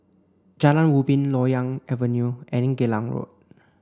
Jalan Ubin Loyang Avenue and Geylang Road